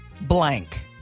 Blank